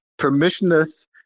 permissionless